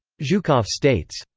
zhukov states,